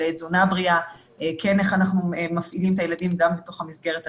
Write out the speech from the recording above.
תזונה בריאה ואיך אנחנו מפעילים את הילדים גם בתוך המסגרת הביתית.